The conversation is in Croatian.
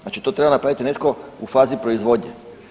Znači to treba napraviti netko u fazi proizvodnje.